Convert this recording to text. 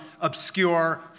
obscure